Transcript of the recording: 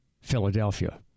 Philadelphia